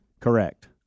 Correct